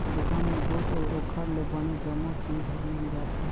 दुकान में दूद अउ ओखर ले बने जम्मो चीज हर मिल जाथे